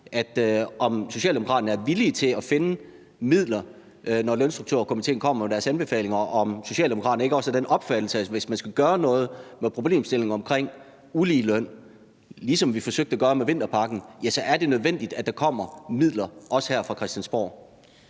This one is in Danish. om Socialdemokraterne er villige til at finde midler, når Lønstrukturkomitéen kommer med sine anbefalinger, og om Socialdemokraterne ikke også er af den opfattelse, at det, hvis man skal gøre noget ved problemstillingen omkring uligeløn, ligesom vi forsøgte at gøre det med vinterpakken, så er nødvendigt, at der kommer midler, også her fra Christiansborg.